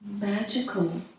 magical